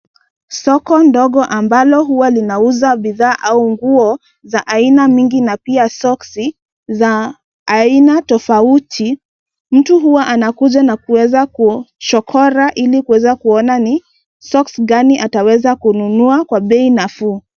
Soko ndogo ambalo huwa linauza bidhaa au nguo za aina mingi na pia soksi za aina tofauti. Mtu huwa anakuja na kuweza kuchokoroa ili kuweza kuona ni soksi gani ataweza kununua kwa bei nafuu.